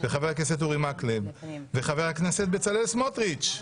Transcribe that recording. חבר הכנסת אורי מקלב וחבר הכנסת בצלאל סמוטריץ'